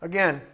Again